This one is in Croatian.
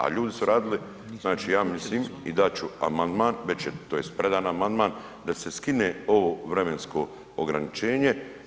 A ljudi su radili i ja mislim i dat ću amandman, tj. već je predan amandman, da se skine ovo vremensko ograničenje.